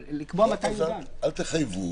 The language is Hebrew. כן זיהינו שהוא נעשה השנה במתווה מענק לעידוד תעסוקה הוראת